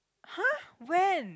!huh! when